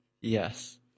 Yes